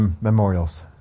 memorials